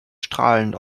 strahlend